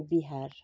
Bihar